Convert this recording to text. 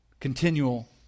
Continual